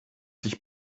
sich